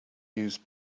use